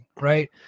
right